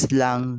lang